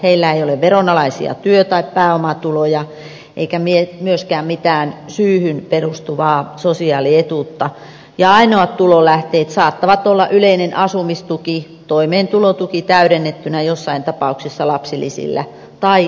heillä ei ole veronalaisia työ tai pääomatuloja eikä myöskään mitään syyhyn perustuvaa sosiaalietuutta ja ainoat tulonlähteet saattavat olla yleinen asumistuki toimeentulotuki täydennettynä joissain tapauksissa lapsilisillä tai elatustuilla